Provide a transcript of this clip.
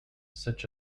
such